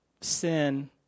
sin